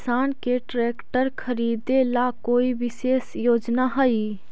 किसान के ट्रैक्टर खरीदे ला कोई विशेष योजना हई?